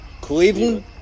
Cleveland